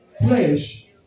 Flesh